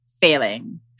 failing